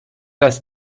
dass